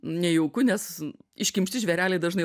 nejauku nes iškimšti žvėreliai dažnai